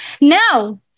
Now